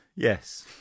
Yes